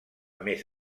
més